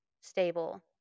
stable